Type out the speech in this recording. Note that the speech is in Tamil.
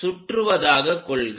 சுற்றுவதாக கொள்க